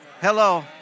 Hello